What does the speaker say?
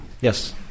Yes